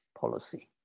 policy